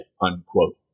unquote